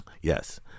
Yes